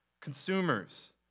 consumers